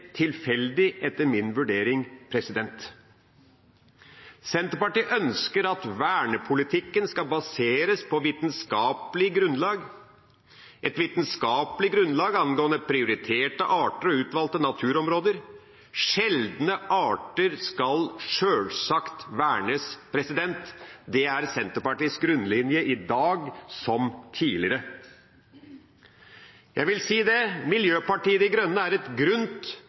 tilfeldig, etter min vurdering. Senterpartiet ønsker at vernepolitikken skal baseres på vitenskapelig grunnlag, et vitenskapelig grunnlag angående prioriterte arter og utvalgte naturområder. Sjeldne arter skal sjølsagt vernes. Det er Senterpartiets grunnlinje i dag som tidligere. Jeg vil si dette: Miljøpartiet De Grønne er et grunt